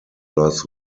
loss